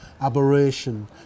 aberration